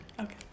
Okay